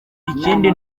ikindi